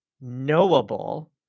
knowable